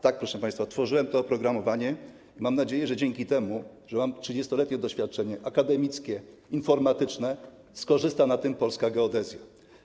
Tak, proszę państwa, tworzyłem to oprogramowanie i mam nadzieję, że na tym, że mam 30-letnie doświadczenie akademickie i informatyczne, skorzysta polska geodezja.